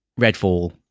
Redfall